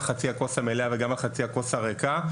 חצי הכוס המלאה וגם על חצי הכוס הריקה.